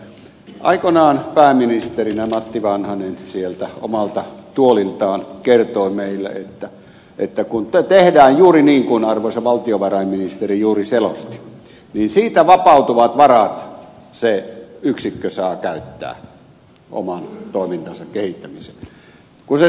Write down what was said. sen että aikoinakaan pääministerinä matti vanhanen sieltä omalta tuoliltaan kertoi meille että kun tehdään juuri niin kuin arvoisa valtiovarainministeri juuri selosti niin siitä vapautuvat varat se yksikkö saa käyttää oman toimintansa kehittämiseen